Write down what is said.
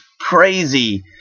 crazy